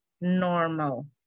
normal